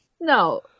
No